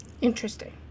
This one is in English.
Interesting